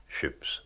ships